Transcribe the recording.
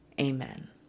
Amen